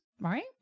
Right